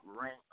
rank